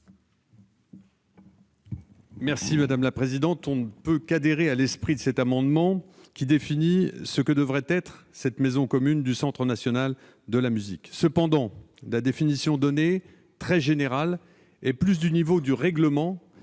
l'avis de la commission ? On ne peut qu'adhérer à l'esprit de cet amendement, qui définit ce que devrait être cette « maison commune » du Centre national de la musique. Cependant, la définition donnée, très générale, est plus du niveau du règlement,